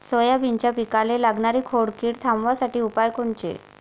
सोयाबीनच्या पिकाले लागनारी खोड किड थांबवासाठी उपाय कोनचे?